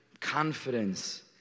confidence